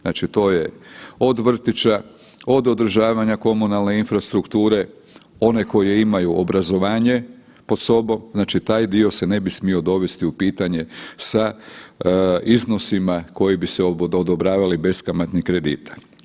Znači to je od vrtića, od održavanja komunalne infrastrukture, one koje imaju obrazovanje pod sobom, znači taj dio se ne bi smio dovesti u pitanje sa iznosima kojim bi se odobravali beskamatni krediti.